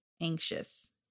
anxious